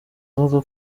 avuga